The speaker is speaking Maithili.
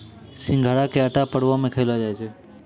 सिघाड़ा के आटा परवो मे खयलो जाय छै